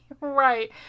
right